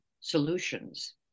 solutions